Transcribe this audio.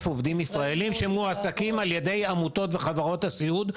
עובדים ישראלים שמועסקים על ידי עמותות וחברות הסיעוד,